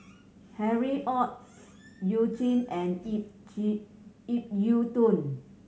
Harry Ord You Jin and Ip G Ip Yiu Tung